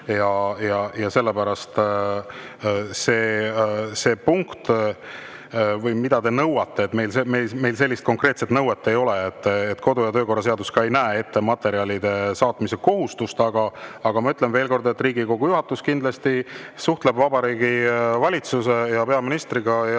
ja sellepärast see punkt või mida te nõuate – meil sellist konkreetset nõuet ei ole. Kodu- ja töökorra seadus ei näe ette materjalide saatmise kohustust. Aga ma ütlen veel kord: Riigikogu juhatus kindlasti suhtleb Vabariigi Valitsuse ja peaministriga.